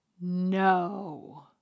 No